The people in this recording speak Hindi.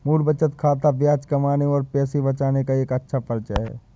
मूल बचत खाता ब्याज कमाने और पैसे बचाने का एक अच्छा परिचय है